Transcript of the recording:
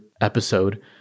episode